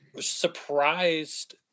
surprised